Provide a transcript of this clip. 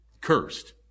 Cursed